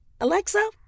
Alexa